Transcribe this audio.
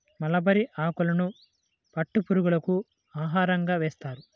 mulberry ఆకులను పట్టు పురుగులకు ఆహారంగా వేస్తారు